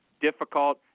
difficult